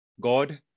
God